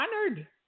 honored